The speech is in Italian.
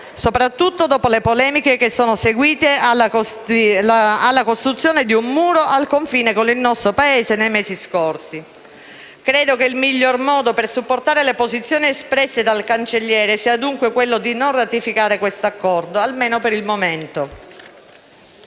soprattutto dopo le polemiche che sono seguite alla costruzione di un muro al confine con il nostro Paese nei mesi scorsi. Credo che il miglior modo per supportare le posizioni espresse dal Cancelliere sia, dunque, quello di non ratificare l'Accordo in esame, almeno per il momento.